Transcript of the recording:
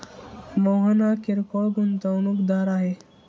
मोहन हा किरकोळ गुंतवणूकदार आहे